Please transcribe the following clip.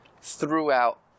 throughout